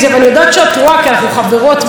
כי אנחנו חברות ואנחנו מדברות,